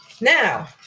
Now